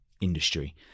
industry